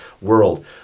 world